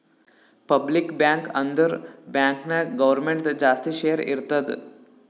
public bank ಅಂದುರ್ bank ನಾಗ್ ಗೌರ್ಮೆಂಟ್ದು ಜಾಸ್ತಿ ಶೇರ್ ಇರ್ತುದ್